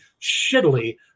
shittily